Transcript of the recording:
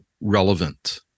relevant